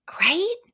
right